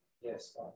yes